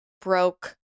broke